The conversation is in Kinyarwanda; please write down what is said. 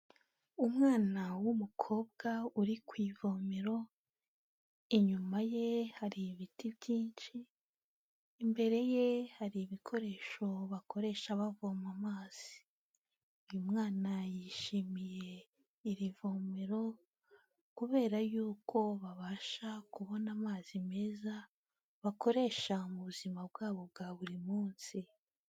Umwana w'umukobwa uri ku ivomero, inyuma ye hari ibiti byinshi, imbere ye hari ibikoresho bakoresha bavoma amazi. Uyu mwana yishimiye iri vomero kubera y'uko babasha kubona amazi meza, bakoresha mu buzima bwabo bwa buri munsi.